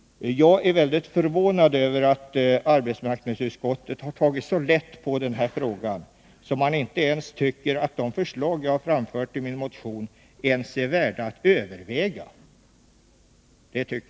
Jag är mycket förvånad över att arbetsmarknadsutskottet har tagit så lätt på den här frågan att det inte ens tycker att de förslag jag har framfört i motionen är värda att övervägas.